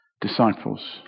disciples